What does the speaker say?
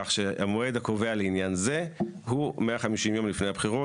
כך שהמועד הקובע לעניין זה הוא 150 יום לפני הבחירות.